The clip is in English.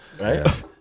right